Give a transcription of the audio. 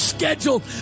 scheduled